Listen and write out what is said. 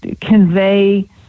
convey